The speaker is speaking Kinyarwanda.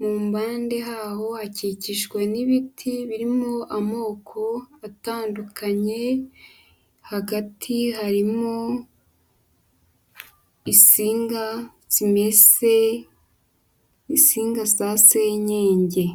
mu mpande yaho hakikijwe n'ibiti birimo amoko atandukanye, hagati harimo isinga zimeze nk'insinga za senyenge.